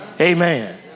amen